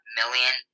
million